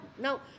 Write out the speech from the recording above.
now